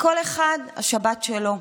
לכל אחד השבת שלו.